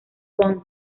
bond